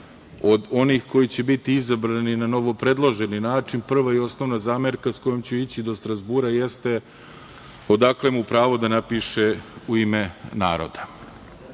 od onih koji će biti izabrani na novopredloženi način, prva i osnovna zamerka s kojom ću ići do Strazbura jeste – odakle mu pravo da napiše u ime naroda. To